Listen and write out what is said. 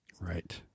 Right